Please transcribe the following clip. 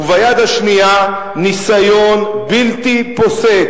וביד השנייה ניסיון בלתי פוסק,